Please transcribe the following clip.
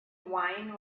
wine